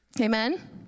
Amen